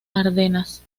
ardenas